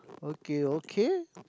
okay okay